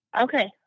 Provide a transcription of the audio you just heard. Okay